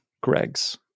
Greg's